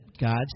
God